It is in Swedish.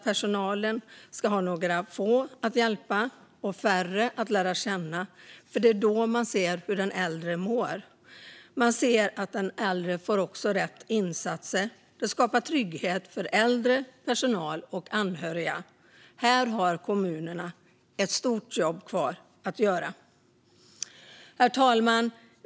Personalen ska ha några få att hjälpa och färre att lära känna, för det är då man ser hur den äldre mår. Då ser man också att den äldre får rätt insatser. Det skapar trygghet för de äldre, personal och anhöriga. Här har kommunerna ett stort jobb kvar att göra. Herr talman!